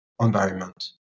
environment